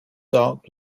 dark